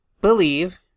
believe